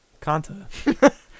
kanta